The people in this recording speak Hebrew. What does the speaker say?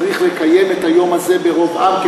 צריך לקיים את היום הזה ברוב עם,